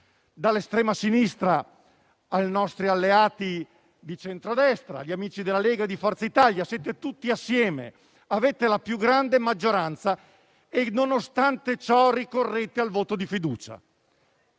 dall'estrema sinistra ai nostri alleati di centrodestra, gli amici della Lega e di Forza Italia. Siete tutti insieme, avete la più grande maggioranza e, nonostante ciò, ricorrente al voto di fiducia.